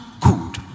good